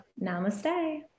Namaste